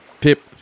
Pip